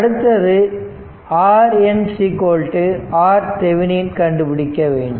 அடுத்தது RN RThevenin கண்டுபிடிக்க வேண்டும்